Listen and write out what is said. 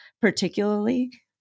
particularly